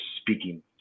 speaking